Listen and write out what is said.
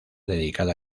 dedicada